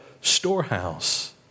storehouse